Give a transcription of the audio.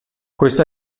questo